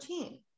14